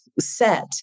set